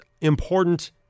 important